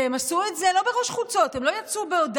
והם עשו את זה לא בראש חוצות, הם לא יצאו בהודעה,